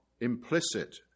implicit